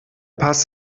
paz